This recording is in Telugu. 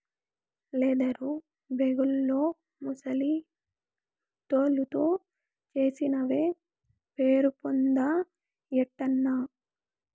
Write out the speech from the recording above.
లెదరు బేగుల్లో ముసలి తోలుతో చేసినవే పేరుపొందాయటన్నా